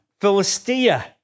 Philistia